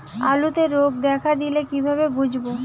আলুতে রোগ দেখা দিলে কিভাবে বুঝবো?